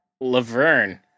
Laverne